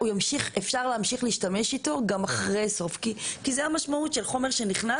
אפשר להמשיך להשתמש בו גם אחרי סוף --- כי זו המשמעות של חומר שנכנס.